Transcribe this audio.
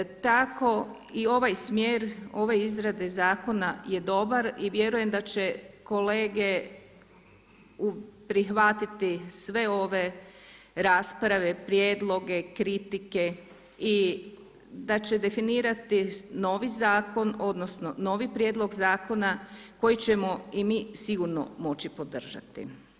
Tako i ovaj smjer ove izrade zakona je dobar i vjerujem da će kolege prihvatiti sve ove rasprave, prijedloge, kritike i da će definirati novi zakon odnosno novi prijedlog zakona koji ćemo i mi sigurno moći podržati.